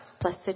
Blessed